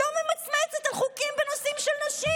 לא ממצמצת על חוקים בנושאים של נשים.